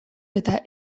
eta